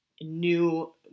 new